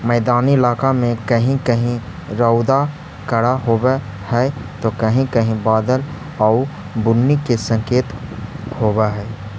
मैदानी इलाका में कहीं कहीं रउदा कड़ा होब हई त कहीं कहीं बादल आउ बुन्नी के संकेत होब हई